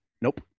Nope